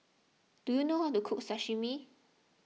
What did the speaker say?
do you know how to cook Sashimi